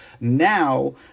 now